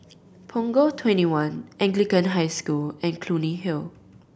Punggol Twenty one Anglican High School and Clunny Hill